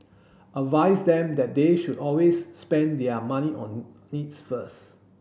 advise them that they should always spend their money on needs first